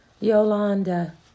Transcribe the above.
Yolanda